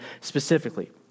specifically